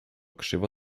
krzywo